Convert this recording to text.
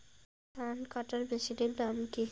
ধান কাটার মেশিনের নাম কি?